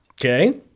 Okay